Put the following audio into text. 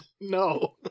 No